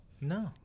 No